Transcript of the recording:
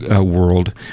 world